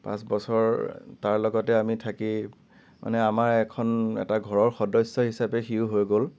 পাঁচ বছৰ তাৰ লগতে আমি থাকি মানে আমাৰ এখন এটা ঘৰৰ সদস্য হিচাপে সিও হৈ গ'ল